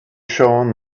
shown